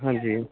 ਹਾਂਜੀ ਉਹ